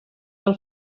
del